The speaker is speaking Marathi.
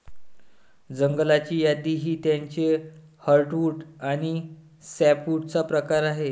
जंगलाची यादी ही त्याचे हर्टवुड आणि सॅपवुडचा प्रकार आहे